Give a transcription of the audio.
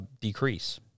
decrease